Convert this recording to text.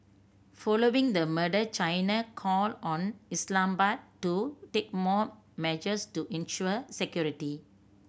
following the murder China called on Islamabad to take more measures to ensure security